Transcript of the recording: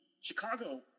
Chicago